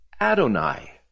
Adonai